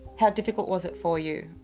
how difficult was it for you,